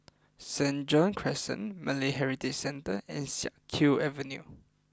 St John's Crescent Malay Heritage Centre and Siak Kew Avenue